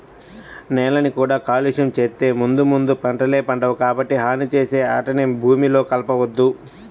నేలని కూడా కాలుష్యం చేత్తే ముందు ముందు పంటలే పండవు, కాబట్టి హాని చేసే ఆటిని భూమిలో కలపొద్దు